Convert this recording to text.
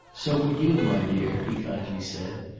so would you, my dear, he kindly said,